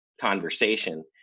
conversation